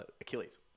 Achilles